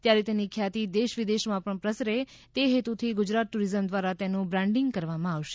ત્યારે તેની ખ્યાતિ દેશ વિદેશમાં પણ પ્રસરે તે હેતુથી ગુજરાત ટુરીઝમ દ્રારા તેનું બ્રાન્ડીંગ કરવામાં આવશે